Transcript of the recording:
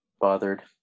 bothered